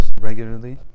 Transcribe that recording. regularly